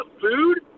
food